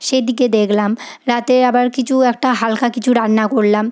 সেদিকে দেখলাম রাতে আবার কিছু একটা হালকা কিছু রান্না করলাম